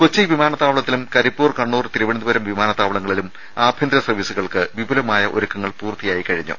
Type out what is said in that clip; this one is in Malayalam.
കൊച്ചി വിമാനത്താവളത്തിലും കരിപ്പൂർ കണ്ണൂർ തിരുവനന്തപുരം വിമാനത്താവളങ്ങളിലും ആഭ്യന്തര സർവ്വീസുകൾക്ക് വിപുലമായ ഒരുക്കങ്ങൾ പൂർത്തിയായി കഴിഞ്ഞു